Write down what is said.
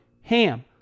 HAM